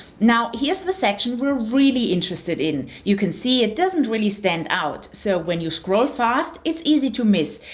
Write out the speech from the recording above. now here's the section we're really interested in. you can see it doesn't really stand out, so when you scroll fast, it's easy to miss.